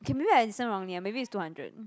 okay maybe I listen wrongly ah maybe it's two hundred